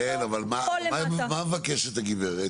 כן, אבל מה מבקשת הגברת.